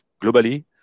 globally